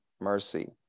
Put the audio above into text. mercy